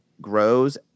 grows